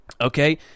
Okay